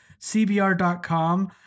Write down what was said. cbr.com